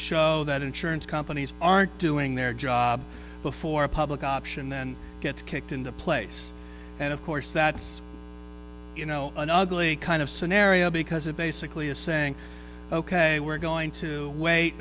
show that insurance companies aren't doing their job before a public option then gets kicked into place and of course that's you know an ugly kind of scenario because it basically is saying ok we're going to wait